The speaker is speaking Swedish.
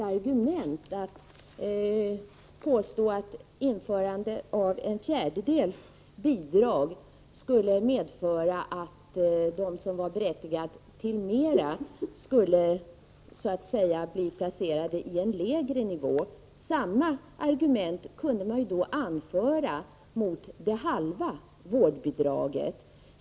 Att påstå att införandet av ett fjärdedels vårdbidrag skulle medföra att de som var berättigade till mer skulle bli placerade på en lägre nivå kan inte utgöra något argument. Samma argument skulle man ju då kunna anföra mot det halva vårdbidraget.